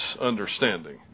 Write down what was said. understanding